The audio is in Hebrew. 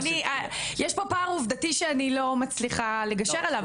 יש פה פער עובדתי שאני לא מצליחה לגשר עליו,